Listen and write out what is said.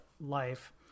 life